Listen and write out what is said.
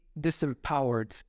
disempowered